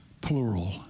plural